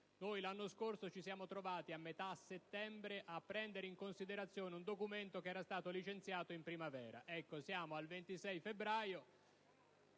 Lo scorso anno ci siamo trovati a metà settembre a prendere in considerazione un documento che era stato licenziato in primavera. Oggi siamo al 23 febbraio